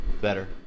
Better